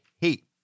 hate